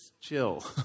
chill